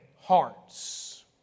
hearts